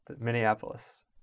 Minneapolis